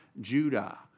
Judah